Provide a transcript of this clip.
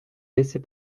laisser